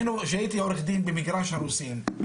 כשהייתי עורך דין במגרש הרוסים,